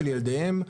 של ילדיהם,